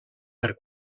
per